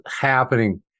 happening